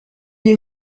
est